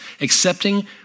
accepting